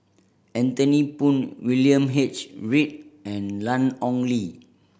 Anthony Poon William H Read and Ian Ong Li